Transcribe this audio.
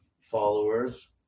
followers